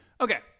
Okay